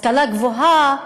השכלה גבוהה,